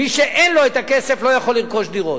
מי שאין לו הכסף, לא יכול לרכוש דירות.